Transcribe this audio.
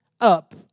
up